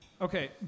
Okay